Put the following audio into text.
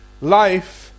Life